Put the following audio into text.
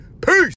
Peace